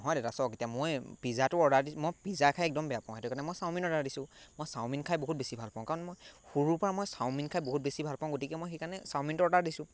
নহয় দাদা চাওক এতিয়া মই পিজ্জাটো অৰ্ডাৰ দি মই পিজ্জা খাই একদম বেয়া পাওঁ সেইটো কাৰণে মই চাওমিন অৰ্ডাৰ দিছোঁ মই চাওমিন খাই বহুত বেছি ভাল পাওঁ কাৰণ মই সৰুৰ পৰা মই চাওমিন খাই বহুত বেছি ভাল পাওঁ গতিকে মই সেইকাৰণে চাওমিনটো অৰ্ডাৰ দিছোঁ